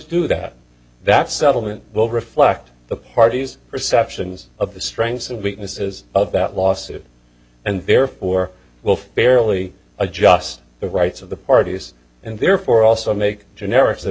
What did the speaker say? do that that settlement will reflect the party's perceptions of the strengths and weaknesses of that lawsuit and therefore will fairly adjust the rights of the parties and therefore also make generics